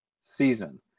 season